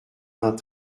vingt